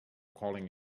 calling